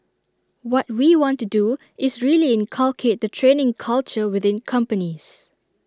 what we want to do is really inculcate the training culture within companies